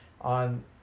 on